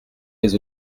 les